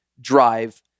drive